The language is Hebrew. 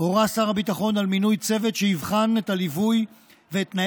הורה שר הביטחון על מינוי צוות שיבחן את הליווי ותנאי